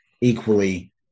Equally